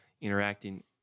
interacting